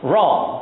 Wrong